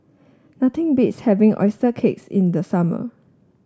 nothing beats having oyster case in the summer